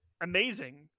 amazing